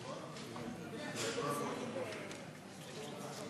כן.